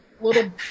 little